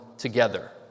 Together